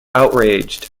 outraged